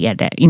det